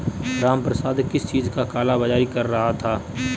रामप्रसाद किस चीज का काला बाज़ारी कर रहा था